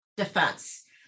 Defense